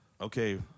Okay